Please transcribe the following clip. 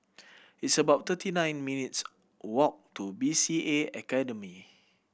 it's about thirty nine minutes' walk to B C A Academy